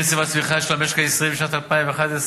קצב הצמיחה של המשק הישראלי בשנת 2011,